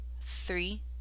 three